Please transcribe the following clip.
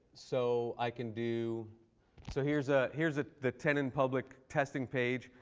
so i can do so here's ah here's ah the tenon public testing page.